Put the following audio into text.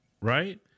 right